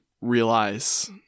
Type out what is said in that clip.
realize